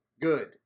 Good